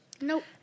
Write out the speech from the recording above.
Nope